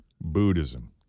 Buddhism